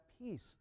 peace